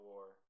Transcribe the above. War